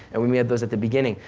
and we we had those at the beginning,